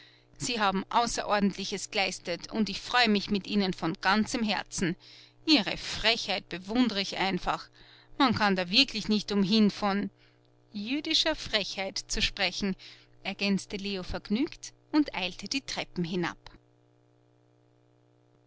sie haben außerordentliches geleistet und ich freue mich mit ihnen von ganzem herzen ihre frechheit bewundere ich einfach man kann da wirklich nicht umhin von jüdischer frechheit zu sprechen ergänzte leo vergnügt und eilte die treppen hinab